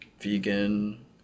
vegan